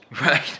Right